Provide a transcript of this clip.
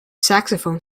saxophone